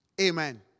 Amen